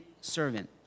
servant